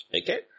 Okay